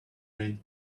rain